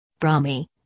Brahmi